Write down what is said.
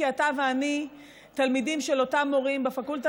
כי אתה ואני תלמידים של אותם מורים בפקולטה